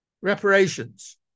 reparations